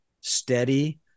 steady